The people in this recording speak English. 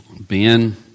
Ben